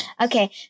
Okay